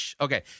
Okay